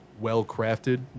well-crafted